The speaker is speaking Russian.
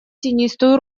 тенистую